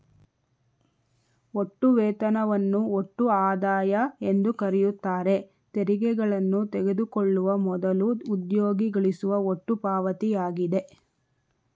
ಒಟ್ಟು ವೇತನವನ್ನು ಒಟ್ಟು ಆದಾಯ ಎಂದುಕರೆಯುತ್ತಾರೆ ತೆರಿಗೆಗಳನ್ನು ತೆಗೆದುಕೊಳ್ಳುವ ಮೊದಲು ಉದ್ಯೋಗಿ ಗಳಿಸುವ ಒಟ್ಟು ಪಾವತಿಯಾಗಿದೆ